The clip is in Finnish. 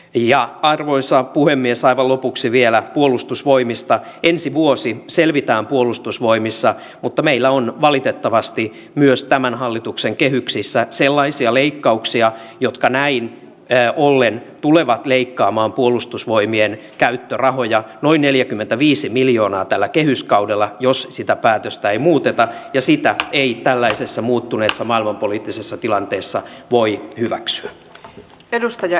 ja arvoisa puhemies aivan lopuksi vielä puolustusvoimista ensi vuosi selvitään puolustusvoimissa mutta meillä on valitettavasti myös tämän hallituksen kehyksissä sellaisia leikkauksia jotka näin teollinen tulevat leikkaamaan puolustusvoimien käyttörahoja noin neljäkymmentäviisi miljoonaa tällä kehyskaudella jos sitä päätöstä ei muuteta ja siitä ei tällaisessa muuttuneessa maailmanpoliittisessa tilanteessa voi hyväksyä edustaja